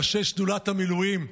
ראשי שדולת המילואים,